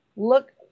Look